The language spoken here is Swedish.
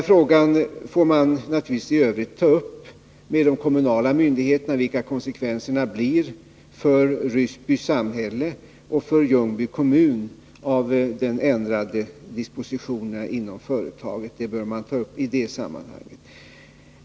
Frågor om vilka konsekvenserna blir för Ryssby samhälle och för Ljungby kommun av de ändrade dispositionerna inom företaget får man naturligtvis ta upp med de kommunala myndigheterna.